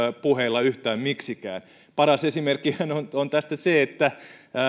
puheilla yhtään miksikään paras esimerkkihän on tästä se että